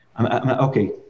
Okay